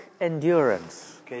endurance